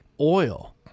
oil